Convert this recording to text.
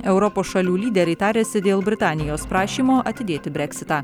europos šalių lyderiai tariasi dėl britanijos prašymo atidėti breksitą